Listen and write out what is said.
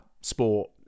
sport